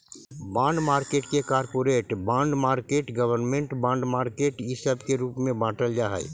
bond market के corporate bond market government bond market इ सब के रूप में बाटल जा हई